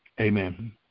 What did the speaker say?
Amen